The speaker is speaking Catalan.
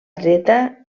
dreta